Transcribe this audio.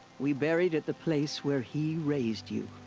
we buried at the place where he raised you.